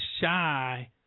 shy